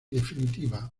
definitiva